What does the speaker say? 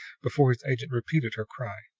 before his agent repeated her cry.